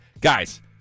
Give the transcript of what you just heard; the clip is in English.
Guys